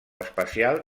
espacial